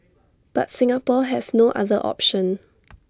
but Singapore has no other option